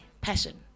passion